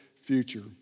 future